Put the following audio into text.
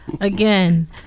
again